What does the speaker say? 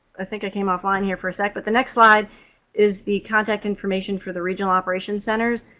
i think i came offline here for a sec. but the next slide is the contact information for the regional operations centers.